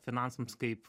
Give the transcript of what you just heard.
finansams kaip